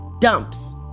dumps